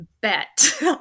bet